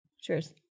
Cheers